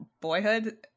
boyhood